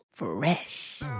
Fresh